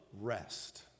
rest